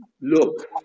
look